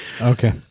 Okay